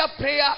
prayer